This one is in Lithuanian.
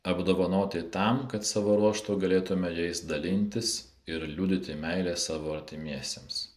apdovanoti tam kad savo ruožtu galėtume jais dalintis ir liudyti meilę savo artimiesiems